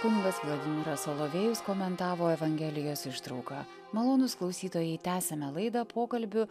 kunigas vladimiras solovėjus komentavo evangelijos ištrauką malonūs klausytojai tęsiame laidą pokalbiu